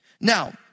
Now